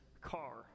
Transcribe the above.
car